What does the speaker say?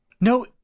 No